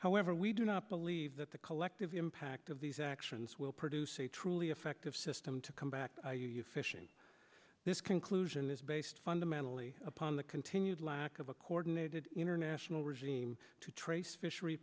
however we do not believe that the collective impact of these actions will produce a truly effective system to come back fishing this conclusion is based fundamentally upon the continued lack of a coordinated international regime to trace fishery